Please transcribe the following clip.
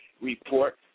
report